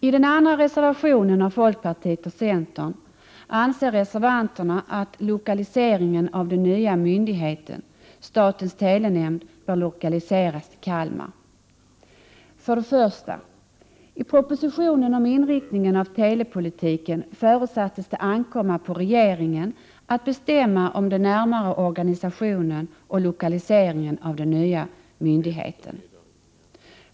I den andra reservationen av folkpartiet och centerpartiet anser reservanterna att lokaliseringen av den nya myndigheten, statens telenämnd, bör ske till Kalmar. I propositionen om inriktningen av telepolitiken förutsattes det för det första ankomma på regeringen att bestämma om den närmare organisationen och lokaliseringen av den nya myndigheten.